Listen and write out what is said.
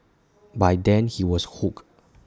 by then he was hooked